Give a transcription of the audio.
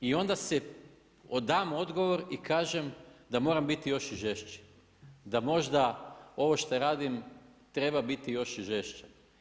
I onda si dam odgovor i kažem da moram biti još žešći, da možda ovo što radim treba biti još i žešće.